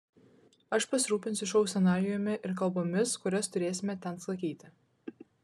aš pasirūpinsiu šou scenarijumi ir kalbomis kurias turėsime ten sakyti